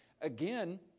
Again